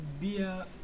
beer